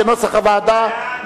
כנוסח הוועדה.